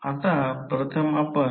आणि या दुय्यम बाजूने वाइंडिंग